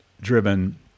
driven